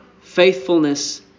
Faithfulness